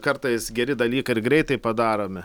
kartais geri dalykai ir greitai padaromi